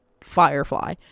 firefly